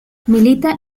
milita